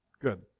good